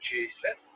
Jesus